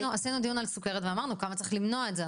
אנחנו עשינו דיון על סכרת ואמרנו כמה צריך למנוע את זה.